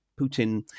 Putin